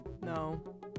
No